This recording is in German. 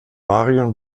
marion